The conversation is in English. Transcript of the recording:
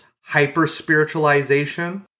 hyper-spiritualization